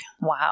wow